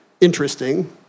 interesting